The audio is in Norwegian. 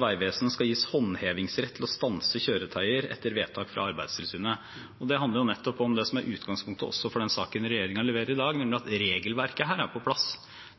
vegvesen skal gis håndhevingsrett til å stanse kjøretøyer etter vedtak fra Arbeidstilsynet». Det handler nettopp om det som er utgangspunktet også for den saken regjeringen leverer i dag, nemlig at regelverket her er på plass,